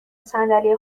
صندلی